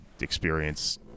experience